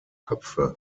köpfe